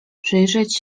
przyjrzeć